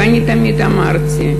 ואני תמיד אמרתי,